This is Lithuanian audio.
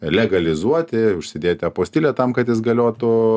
legalizuoti užsidėti apostilę tam kad jis galiotų